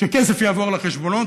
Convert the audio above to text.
יעבור כסף לחשבונות.